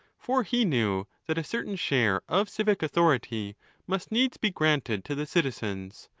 for he knew that a certain share of civic authority must needs be granted to the citizens,